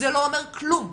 זה לא אומר כלום,